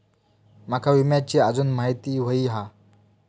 माका विम्याची आजून माहिती व्हयी हा?